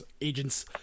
agents